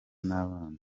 n’abana